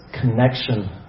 connection